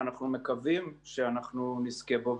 אנחנו מקווים שאנחנו נזכה בו.